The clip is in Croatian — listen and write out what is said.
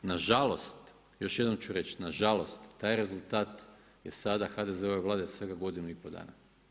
Na žalost, još jednom ću reći, na žalost taj rezultat je sada HDZ-ove Vlade svega godinu i pol dana.